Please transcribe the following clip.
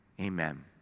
amen